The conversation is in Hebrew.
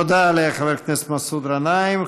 תודה לחבר הכנסת מסעוד גנאים.